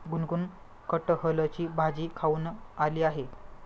गुनगुन कठहलची भाजी खाऊन आली आहे